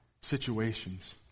situations